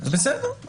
בסדר,